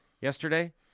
yesterday